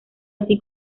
así